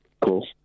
Cool